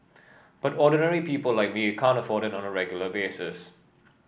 but ordinary people like me can't afford it on a regular basis